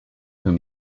whom